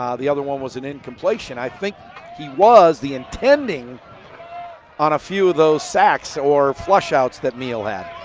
um the other one was an incompletion, i think he was the intending on a few of those sacks or flush outs that meehl had.